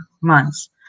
months